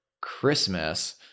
Christmas